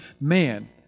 man